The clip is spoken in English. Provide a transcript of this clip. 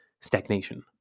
stagnation